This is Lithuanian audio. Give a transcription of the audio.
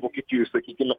vokietijoj sakykime